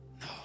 No